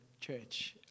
church